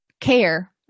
care